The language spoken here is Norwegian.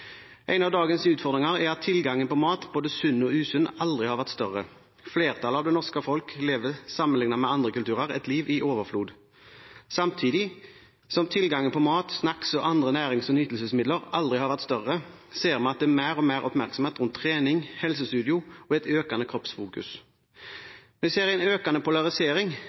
En av dagens utfordringer er at tilgangen på mat, både sunn og usunn, aldri har vært større. Flertallet av det norske folk lever sammenlignet med andre kulturer et liv i overflod. Samtidig som tilgangen på mat, snacks og andre nærings- og nytelsesmidler aldri har vært større, ser vi at det er mer og mer oppmerksomhet rundt trening og helsestudio og økende kroppsfokusering. Vi ser en økende polarisering: